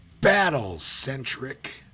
battle-centric